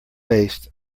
based